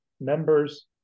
members